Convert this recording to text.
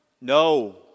No